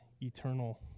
eternal